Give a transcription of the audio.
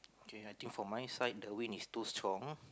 K I think for my side the wind is too strong